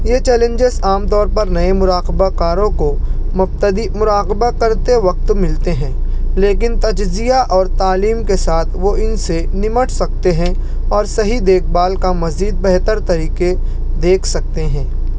یہ چیلینجز عام طور پر نئے مراقبہ کاروں کو مبتدی مراقبہ کرتے وقت ملتے ہیں لیکن تجزیہ اور تعلیم کے ساتھ وہ ان سے نمٹ سکتے ہیں اور صحیح دیکھ بھال کا مزید بہتر طریقے دیکھ سکتے ہیں